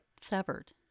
severed